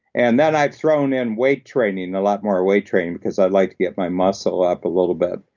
and then i've thrown in and weight training, and a lot more weight training, because i'd like to get my muscle up a little bit.